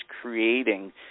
creating